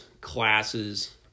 classes